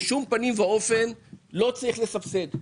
ובשום פנים ואופן לא צריך לסבסד.